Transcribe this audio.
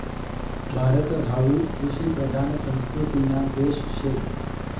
भारत हावू कृषिप्रधान संस्कृतीना देश शे